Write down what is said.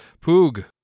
Poog